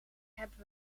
hebben